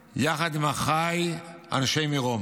יחד עם אחיי אנשי מירון,